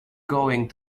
going